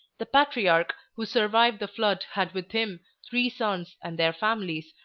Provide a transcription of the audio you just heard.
the patriarch who survived the flood had with him three sons, and their families,